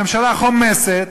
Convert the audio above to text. הממשלה חומסת,